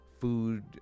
food